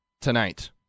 tonight